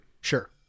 Sure